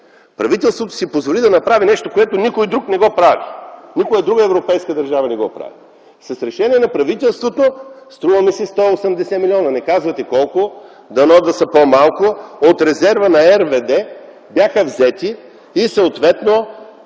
Правителството си позволи да направи нещо, което никой друг не го прави, никоя друга европейска държава не го прави. С решение на правителството струва ми се 180 млн., не казвате колко, дано да са по-малко, от резерва на РВД бяха взети, съответно